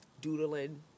doodling